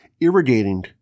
Irrigating